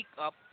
up